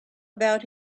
about